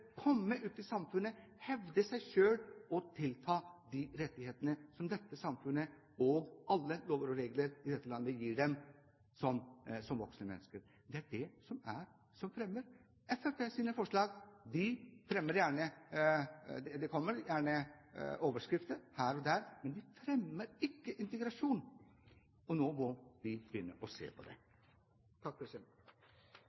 de rettighetene som dette samfunnet og alle lover og regler i landet gir dem som voksne mennesker. Det er det som fremmer integrasjon. Fremskrittspartiets forslag fører gjerne til overskrifter her og der, men de fremmer ikke integrasjon. Nå må de begynne å se på det.